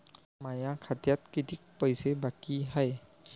माया खात्यात कितीक पैसे बाकी हाय?